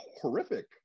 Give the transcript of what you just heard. horrific